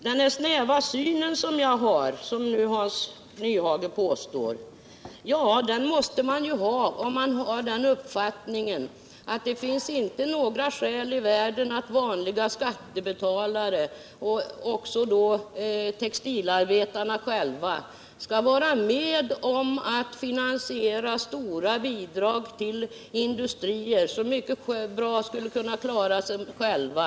Den snäva syn som Hans Nyhage påstår att jag har måste man ha om man anser att det inte finns något skäl i världen att vanliga skattebetalare — och även textilarbetare — skall vara med om att finansiera stora bidrag till industrier som mycket bra skulle klara sig själva.